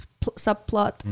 subplot